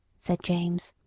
said james.